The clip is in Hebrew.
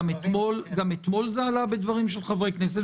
גם אתמול זה עלה בדברים של חברי כנסת.